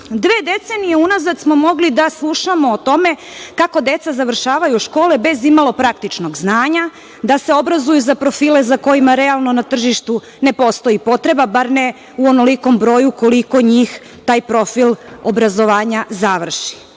decenije unazad smo mogli da slušamo o tome kako deca završavaju škole bez imalo praktičnog znanja, da se obrazuju za profile za koje realno, na tržištu ne postoji potreba, bar ne u onolikom broju koliko njih taj profil obrazovanja završi. Dalje,